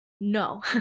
No